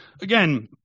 again